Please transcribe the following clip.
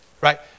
right